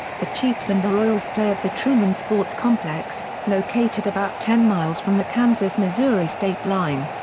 the chiefs and the royals play at the truman sports complex, located about ten miles from the kansas-missouri state line.